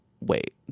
wait